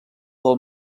del